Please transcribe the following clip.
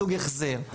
מסוג החזר.